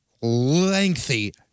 lengthy